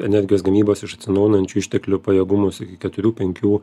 energijos gamybos iš atsinaujinančių išteklių pajėgumus iki keturių penkių